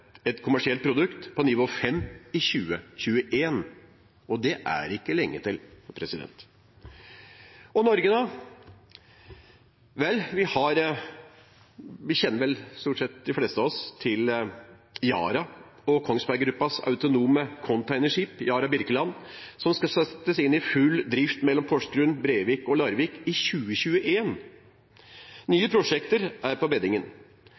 et kommersielt produkt på nivå fem i 2021, og det er ikke lenge til. Norge, da? Stort sett de fleste av oss kjenner til Yara og Kongsberg Gruppens autonome containerskip, «Yara Birkeland», som skal settes inn i full drift mellom Porsgrunn, Brevik og Larvik i 2021. Nye prosjekter er på beddingen.